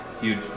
huge